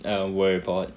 err worry about